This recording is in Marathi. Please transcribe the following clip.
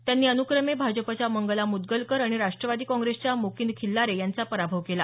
त्यांनी अनुक्रमे भाजपच्या मंगला मुद्रलकर आणि राष्ट्रवादी काँग्रेसच्या मोकिंद खिल्लारे यांचा पराभव केला